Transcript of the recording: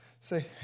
Say